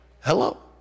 Hello